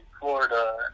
Florida